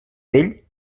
vell